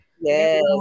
Yes